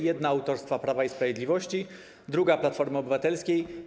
Jedna autorstwa Prawa i Sprawiedliwości, druga Platformy Obywatelskiej.